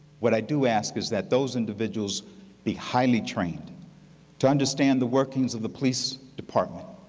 what i do ask is that those individuals be highly trained to understand the workings of the police department,